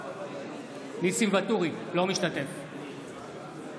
אינו משתתף בהצבעה